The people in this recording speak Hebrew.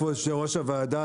כבוד יושב-ראש הוועדה,